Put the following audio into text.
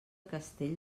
castell